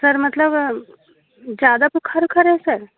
sir मतलब ज़्यादा बुखार उखार है सर